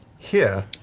here?